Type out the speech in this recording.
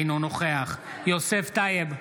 אינו נוכח יוסף טייב,